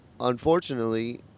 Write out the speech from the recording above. Unfortunately